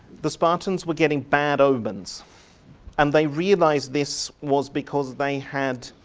the spartans were getting bad omens and they realised this was because they had